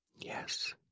Yes